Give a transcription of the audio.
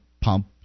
pump